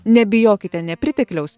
nebijokite nepritekliaus